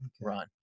run